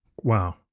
Wow